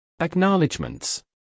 Acknowledgements